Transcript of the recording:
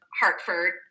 Hartford